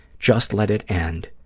just let it end.